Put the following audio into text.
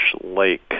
Lake